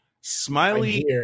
smiley